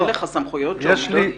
אין לך סמכויות של נקיטת עמדה?